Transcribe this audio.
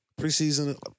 Preseason